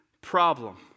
problem